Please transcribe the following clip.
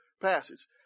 Passage